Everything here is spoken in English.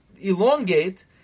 elongate